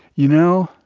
you know,